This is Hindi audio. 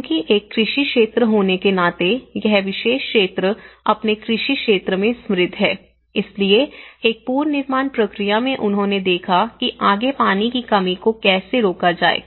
क्योंकि एक कृषि क्षेत्र होने के नाते यह विशेष क्षेत्र अपने कृषि क्षेत्र में समृद्ध है इसलिए एक पुनर्निर्माण प्रक्रिया में उन्होंने देखा कि आगे पानी की कमी को कैसे रोका जाए